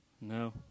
No